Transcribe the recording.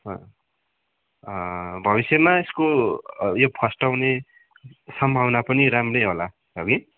भविष्यमा यसको यो फस्टाउने सम्भावना पनि राम्रै नै होला हगि